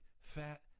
fat